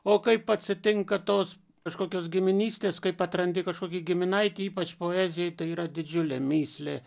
o kaip atsitinka tos kažkokios giminystės kaip atrandi kažkokį giminaitį ypač poezijoj tai yra didžiulė mįslė